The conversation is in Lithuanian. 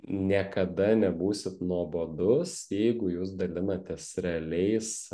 niekada nebūsit nuobodus jeigu jūs dalinatės realiais